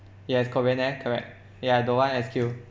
yes korean air correct ya I don't want S_Q